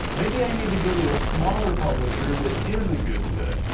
maybe i need to go to a smaller publisher that is a good fit.